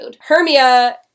Hermia